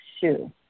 shoe